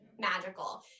magical